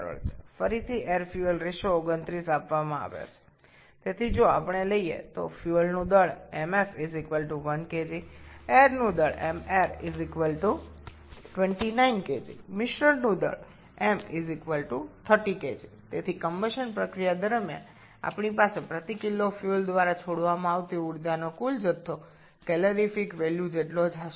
সুতরাং আমরা যদি ধরি জ্বালানির ভর mf 1 kg বায়ুর ভর mair 29 kg মোট ভর m 30 kg সুতরাং দহন প্রক্রিয়া চলাকালীন আমাদের প্রতি কেজি জ্বালানীতে নির্গত মোট শক্তির পরিমাণ ক্যালোরিফিক মানের সমান হবে